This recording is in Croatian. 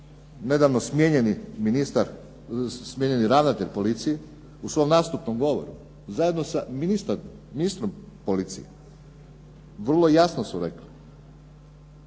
smijenjeni ravnatelj policije u svom nastupnom govoru zajedno sa ministrom policije vrlo jasno su rekli